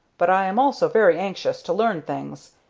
but i am also very anxious to learn things,